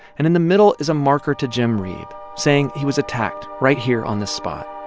and and the middle is a marker to jim reeb, saying he was attacked right here on this spot.